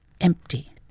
empty